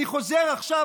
אני חוזר עכשיו,